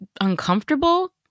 uncomfortable